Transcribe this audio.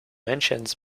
mentions